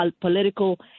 political